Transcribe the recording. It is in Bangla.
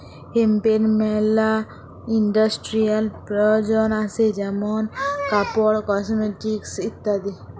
হেম্পের মেলা ইন্ডাস্ট্রিয়াল প্রয়জন আসে যেমন কাপড়, কসমেটিকস ইত্যাদি